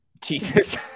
Jesus